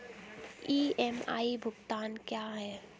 EMI भुगतान क्या है?